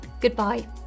goodbye